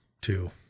Two